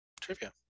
Trivia